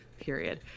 period